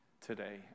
today